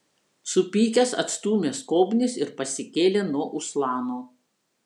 supykęs atstūmė skobnis ir pasikėlė nuo uslano